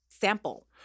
sample